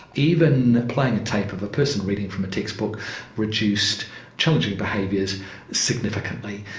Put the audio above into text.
even playing a tape of a person reading from a textbook reduced challenging behaviours significantly.